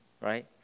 right